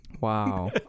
Wow